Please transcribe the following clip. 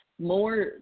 More